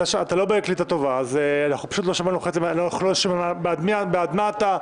אתה לא בקליטה טובה, לא שמענו בעד מה אתה,